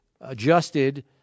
adjusted